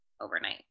overnight